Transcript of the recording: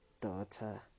daughter